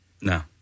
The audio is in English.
No